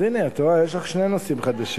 אז הנה, את רואה, יש לך שני נושאים חדשים.